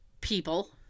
people